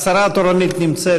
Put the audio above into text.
השרה התורנית נמצאת,